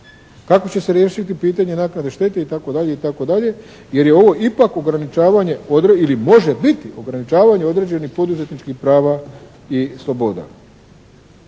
Kako će se riješiti pitanje naknade štete itd. itd. Jer je ovo ipak ograničavanje ili može biti ograničavanje određenih poduzetničkih prava i sloboda.